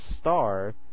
star